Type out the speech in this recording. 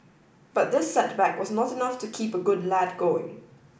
but this setback was not enough to keep a good lad going